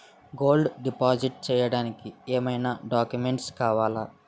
Gold deposit చేయడానికి ఏమైనా documents కావాలా?